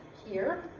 here,